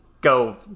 go